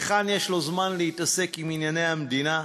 היכן יש לו זמן להתעסק עם ענייני המדינה?